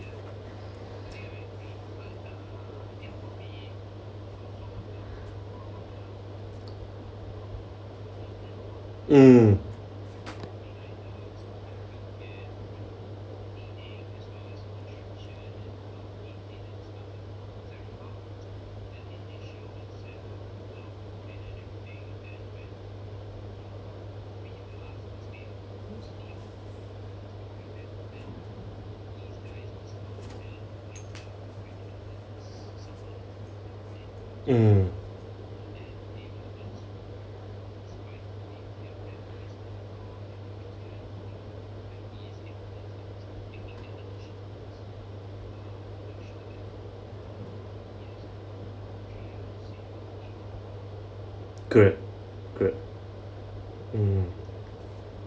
mm mm correct correct mm